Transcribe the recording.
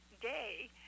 Day